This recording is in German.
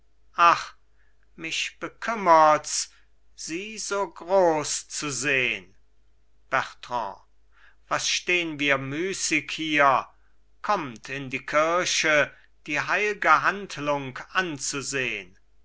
ach mich bekümmerts sie so groß zu sehn bertrand was stehn wir müßig hier kommt in die kirche die heilge handlung anzusehn